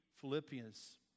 Philippians